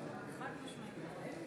(קוראת בשמות חברי הכנסת)